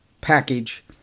package